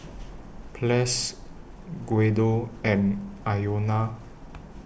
Ples Guido and Iona